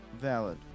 valid